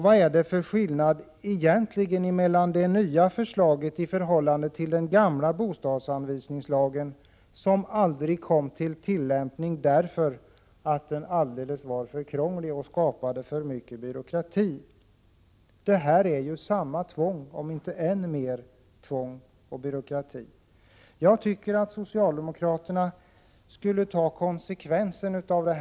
Vad är det egentligen för skillnad mellan den nya lagen och den gamla bostadsanvisningslagen, som aldrig kom att tillämpas därför att den var alldeles för krånglig och skapade för mycket byråkrati? Nu blir det ju samma tvång och byråkrati, om inte än mer. Jag tycker att socialdemokraterna skulle ta konsekvenserna av det här, på — Prot.